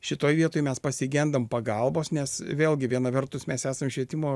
šitoj vietoj mes pasigendam pagalbos nes vėlgi vieną vertus mes esam švietimo